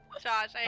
Josh